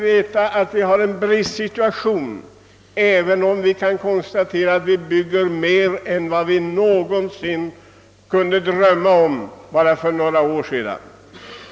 Det föreligger en bristsituation även om det kan konstateras att det byggs mer än vi någonsin kunnat drömma om bara för några år sedan.